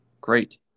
Great